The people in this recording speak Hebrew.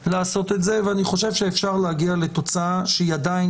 ואני חושב שאפשר להגיע לתוצאה שהיא עדיין